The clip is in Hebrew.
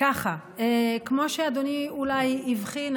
כמו שאדוני אולי הבחין,